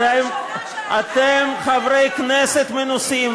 אתם חברי כנסת מנוסים,